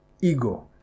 Ego